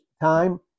time